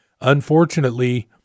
unfortunately